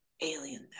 alien